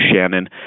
Shannon